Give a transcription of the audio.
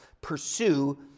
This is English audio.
pursue